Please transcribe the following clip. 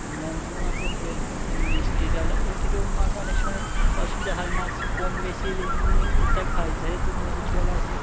আর মৌরলা মাছের যে মিষ্টি জলে ইয় থেকেও মাছ অনেক সময় অসুবিধা হয় মাছ কম বেশি তা হয় যেহেতু নদীর জল আসে